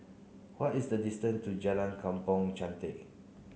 what is the distance to Jalan Kampong Chantek